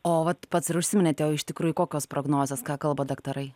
o vat pats ir užsiminėte o iš tikrųjų kokios prognozės ką kalba daktarai